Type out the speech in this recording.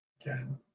again